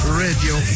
radio